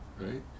right